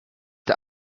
der